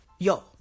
Yo